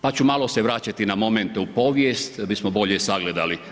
Pa ću malo se vraćati na momente u povijest, bismo bolje sagledali.